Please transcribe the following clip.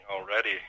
already